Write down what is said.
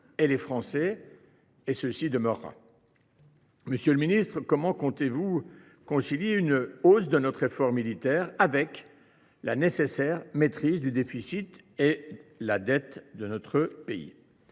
et les Français, et cela demeurera. Monsieur le ministre, comment comptez vous concilier une hausse de notre effort militaire avec la nécessaire maîtrise du déficit et de la dette de notre pays ?